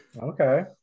okay